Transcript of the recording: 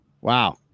Wow